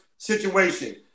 situation